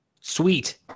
Sweet